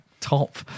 top